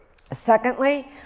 Secondly